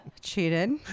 Cheated